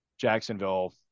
Jacksonville